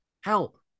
Help